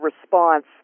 response